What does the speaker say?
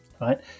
right